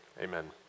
Amen